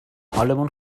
حالمون